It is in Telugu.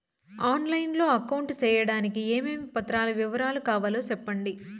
ఆన్ లైను లో అకౌంట్ సేయడానికి ఏమేమి పత్రాల వివరాలు కావాలో సెప్పండి?